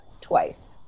twice